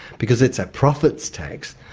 because it's a profits tax,